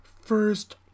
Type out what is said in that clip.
first